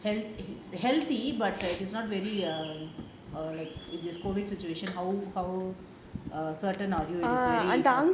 health~ healthy but like it's not very err err like in this COVID situation how how err certain are you in this